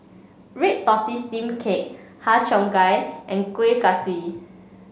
Red Tortoise Steamed Cake Har Cheong Gai and Kueh Kaswi